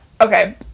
Okay